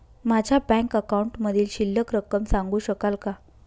माझ्या बँक अकाउंटमधील शिल्लक रक्कम सांगू शकाल का?